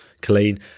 Colleen